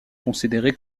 considéré